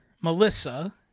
Melissa